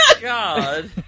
God